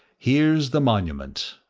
here's the monument.